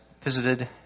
visited